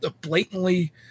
blatantly